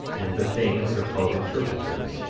and the things are called interpreters,